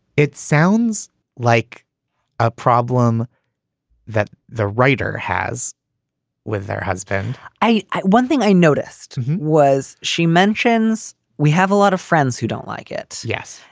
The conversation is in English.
it sounds like a problem that the writer has with their husband i i one thing i noticed was she mentions we have a lot of friends who don't like it. yes.